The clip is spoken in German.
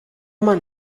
man